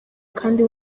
kandi